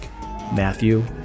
Matthew